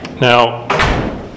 Now